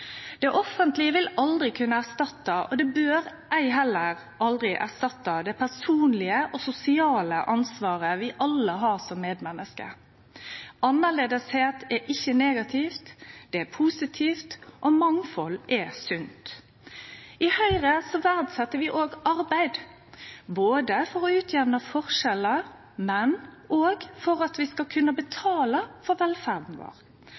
Det offentlege vil aldri kunne erstatte, og bør heller aldri erstatte, det personlege og sosiale ansvaret vi alle har som medmenneske. Å vere annleis er ikkje negativt, det er positivt, og mangfald er sunt. I Høgre verdset vi òg arbeid, både for å utjamne forskjellar og for at vi skal kunne betale for velferda.